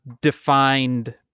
defined